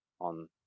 on